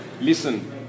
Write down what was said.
listen